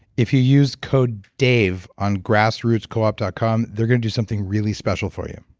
if you use code dave on grassrootscoop ah dot com, they're going to do something really special for you.